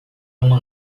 uma